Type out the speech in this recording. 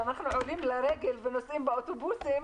כשאנחנו עולים לרגל ונוסעים באוטובוסים,